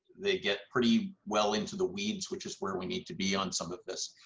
they get pretty well into the weeds, which is where we need to be on some of this.